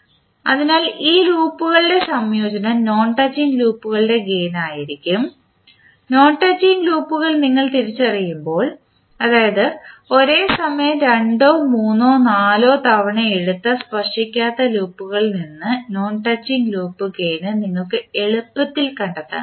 അതിനാൽ ഈ ലൂപ്പുകളുടെ സംയോജനം നോൺ ടച്ചിംഗ് ലൂപ്പുകളുടെ ഗേയിൻ ആയിരിക്കും നോൺ ടച്ചിംഗ് ലൂപ്പുകൾ നിങ്ങൾ തിരിച്ചറിയുമ്പോൾ അതായത് ഒരേ സമയം രണ്ടോ മൂന്നോ നാലോ തവണ എടുത്ത സ്പർശിക്കാത്ത ലൂപ്പുകളിൽ നിന്ന് നോൺ ടച്ചിംഗ് ലൂപ്പ് ഗേയിൻ നിങ്ങൾക്ക് എളുപ്പത്തിൽ കണ്ടെത്താൻ കഴിയും